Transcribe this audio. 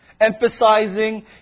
emphasizing